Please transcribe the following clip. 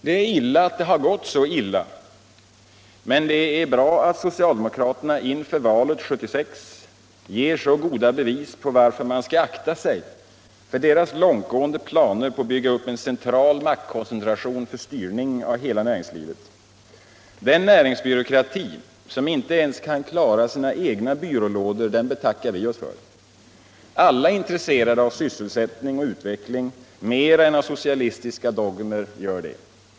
Det är illa att det har gått så illa, men det är bra att socialdemokraterna inför valet 1976 ger så goda bevis på varför man skall akta sig för deras långtgående planer på att bygga upp en central maktkoncentration för styrning av hela näringslivet. Den näringsbyråkrati som inte ens kan klara sina egna byrålådor betackar vi oss för. Alla som är mera intresserade för sysselsättning och utveckling än för socialistiska dogmer gör det.